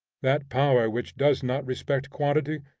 that power which does not respect quantity,